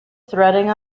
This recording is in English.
threading